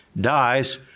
dies